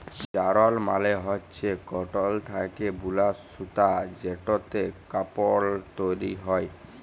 যারল মালে হচ্যে কটল থ্যাকে বুলা সুতা যেটতে কাপল তৈরি হ্যয়